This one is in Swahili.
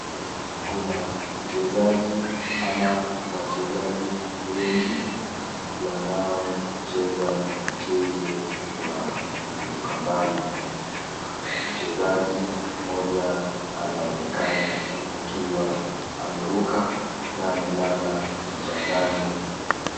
Kuna mchezaji ama wachezaji wengi, wanao cheza mchezo kuruka mbali. Mchezaji moja anaoenekana akiwa ameruka na amelala mchangani.